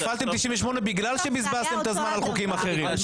הפעלתם 98 בגלל שבזבזתם את הזמן על חוקים אחרים.